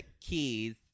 keys